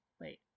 wait